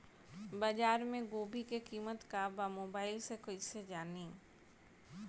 बाजार में गोभी के कीमत का बा मोबाइल से कइसे जानी?